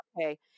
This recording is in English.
okay